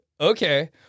Okay